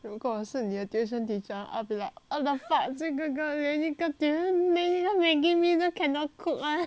如果我是你的 tuition teacher I will be like what the fuck 这个 girl 连一个 Maggi mee 都 cannot cook [one]